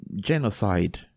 genocide